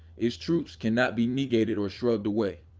its truths cannot be negated or shrugged away.